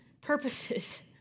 purposes